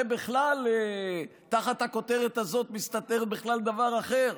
זה בכלל, תחת הכותרת הזאת מסתתר בכלל דבר אחר.